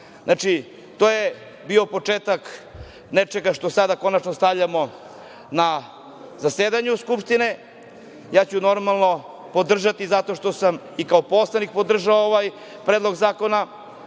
to je bio početak nečega što sada konačno stavljamo na zasedanje Skupštine. Ja ću, normalno, podržati zato što sam i kao poslanik podržao ovaj Predlog zakona,